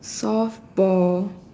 soft ball